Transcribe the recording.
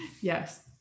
yes